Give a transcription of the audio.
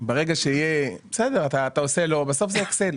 ברגע שיהיה, בסדר, אתה עושה לא, בסוף זה אקסל.